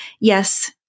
yes